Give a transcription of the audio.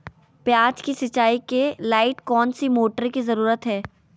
प्याज की सिंचाई के लाइट कौन सी मोटर की जरूरत है?